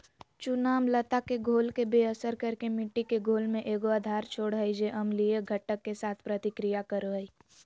चूना अम्लता के घोल के बेअसर कर के मिट्टी के घोल में एगो आधार छोड़ हइ जे अम्लीय घटक, के साथ प्रतिक्रिया करो हइ